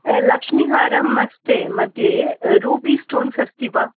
लक्ष्मीहारं मस्ते मध्ये ruby stones अस्ति वा